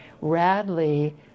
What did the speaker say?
Radley